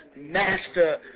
master